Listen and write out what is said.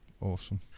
Awesome